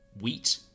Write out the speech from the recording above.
wheat